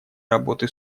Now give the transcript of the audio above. работы